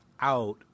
out